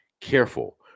careful